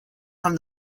from